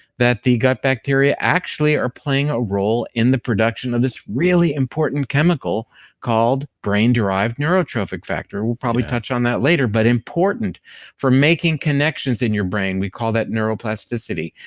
that the gut bacteria actually are playing a role in the production of this really important chemical called brain-derived neurotrophic factor. we'll probably touch on that later, but important for making connections in your brain. we call that neuroplasticity,